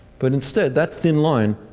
but instead, that thin line,